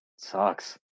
Sucks